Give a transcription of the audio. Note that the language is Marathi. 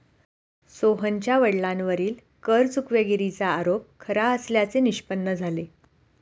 सोहनच्या वडिलांवरील कर चुकवेगिरीचा आरोप खरा असल्याचे निष्पन्न झाले